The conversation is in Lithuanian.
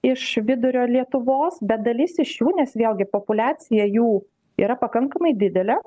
iš vidurio lietuvos bet dalis iš jų nes vėlgi populiacija jų yra pakankamai didelė